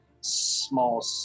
small